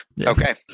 Okay